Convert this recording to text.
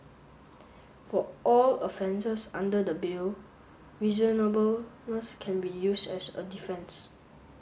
for all offences under the Bill reasonableness can be used as a defence